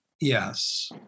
Yes